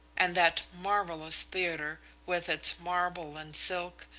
and that marvellous theatre, with its marble and silk,